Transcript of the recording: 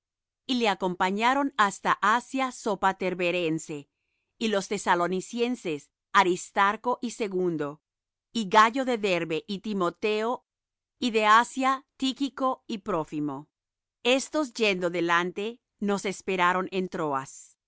y le acompañaron hasta asia sopater bereense y los tesalonicenses aristarco y segundo y gayo de derbe y timoteo y de asia tychco y trófimo estos yendo delante nos esperaron en troas